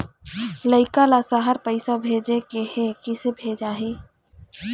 लइका ला शहर पैसा भेजें के हे, किसे भेजाही